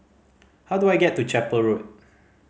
how do I get to Chapel Road